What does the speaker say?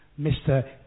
Mr